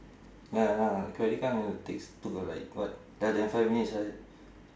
ya lah credit card need to takes two or like what ya then five minutes right